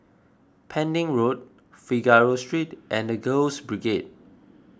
Pending Road Figaro Street and the Girls Brigade